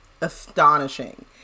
Astonishing